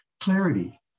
clarity